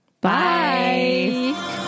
Bye